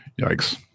Yikes